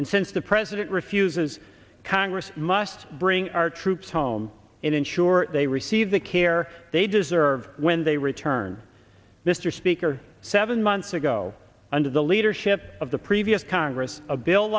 and since the president refuses congress must bring our troops home and ensure they receive the care they deserve when they return mr speaker seven months ago under the leadership of the previous congress a bill